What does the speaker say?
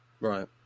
right